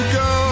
go